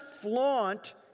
flaunt